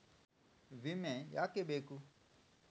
ವಿಮೆ ಯಾಕೆ ಬೇಕು?